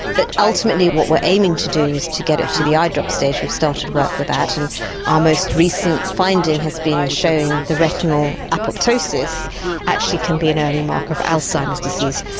but ultimately what we're aiming to do is get it to the eye drop stage. we've started work with that and our most recent finding has been showing the retinal apoptosis actually can be an early marker of alzheimer's disease.